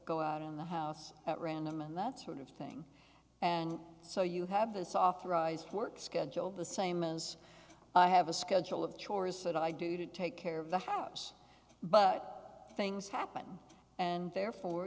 go out on the house at random and that sort of thing and so you have a soft arised work schedule the same as i have a schedule of chores that i do to take care of the house but things happen and therefore